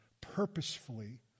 purposefully